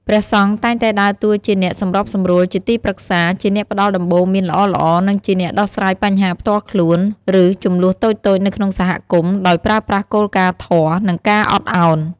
ព្រះសង្ឃតែងតែដើរតួជាអ្នកសម្របសម្រួល ជាទីប្រឹក្សា ជាអ្នកផ្ដល់ដំបូន្មានល្អៗ និងជាអ្នកដោះស្រាយបញ្ហាផ្ទាល់ខ្លួន ឬជម្លោះតូចៗនៅក្នុងសហគមន៍ ដោយប្រើប្រាស់គោលការណ៍ធម៌ និងការអត់អោន។